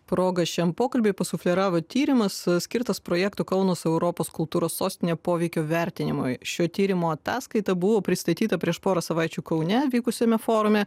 progą šiam pokalbiui pasufleravo tyrimas skirtas projekto kaunas europos kultūros sostinė poveikio vertinimui šio tyrimo ataskaita buvo pristatyta prieš porą savaičių kaune vykusiame forume